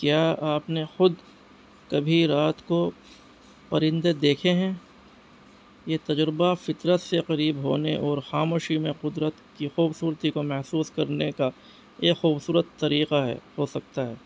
کیا آپ نے خود کبھی رات کو پرندے دیکھے ہیں یہ تجربہ فطرت سے قریب ہونے اور خاموشی میں قدرت کی خوبصورتی کو محسوس کرنے کا ایک خوبصورت طریقہ ہے ہو سکتا ہے